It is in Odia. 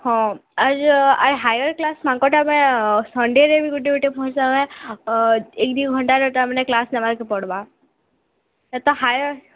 ହଁ ଆଉ ଯେ ଆଉ ହାୟର୍ କ୍ଲାସ୍ ମାନକର୍ଟା ମାନେ ସଣ୍ଡେରେ ଗୋଟେ ଗୋଟେ ଭଲସେ ଏକ୍ ଦୁଇ ଘଣ୍ଟା ମାନେ କ୍ଲାସ୍ ନେବାକେ ପଡ଼ବା ହେଟା ହାୟର୍